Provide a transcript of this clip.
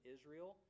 Israel